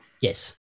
yes